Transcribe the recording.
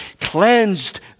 cleansed